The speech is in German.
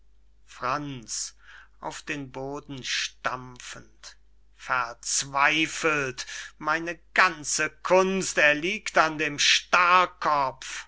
stampfend verzweifelt meine ganze kunst erliegt an dem starrkopf